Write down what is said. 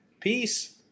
peace